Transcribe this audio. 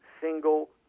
single